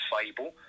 Fable